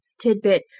tidbit